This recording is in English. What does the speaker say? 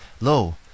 Lo